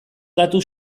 datu